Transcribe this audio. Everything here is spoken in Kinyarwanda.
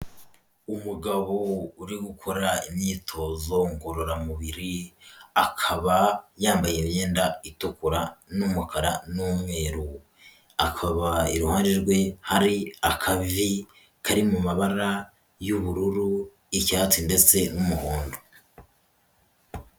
Umugabo uri gukora imyitozo ngororamubiri akaba yambaye imyenda itukura n'umukara n'umweru, akaba iruhande rwe hari akavi kari mu mabara y'ubururu, icyatsi ndetse n'umuhondo.